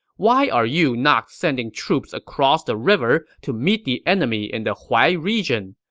why are you not sending troops across the river to meet the enemy in the huai region?